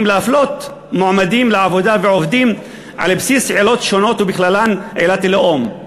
להפלות מועמדים לעבודה ועובדים על בסיס עילות שונות ובכללן עילת הלאום.